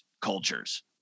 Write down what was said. cultures